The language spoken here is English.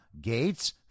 Gates